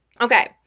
Okay